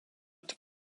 tik